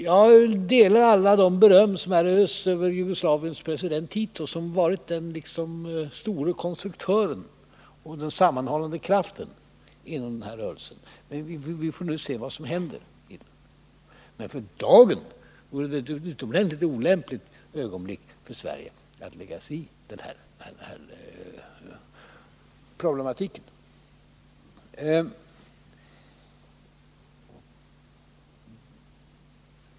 Jag instämmer i allt det beröm som har östs över Jugoslaviens president Tito, som varit den store konstruktören och sammanhållande kraften inom den här rörelsen. Vi får nu se vad som händer. Men för dagen är det utomordentligt olämpligt att Sverige lägger sig i den här problematiken.